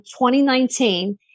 2019